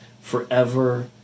forever